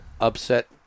upset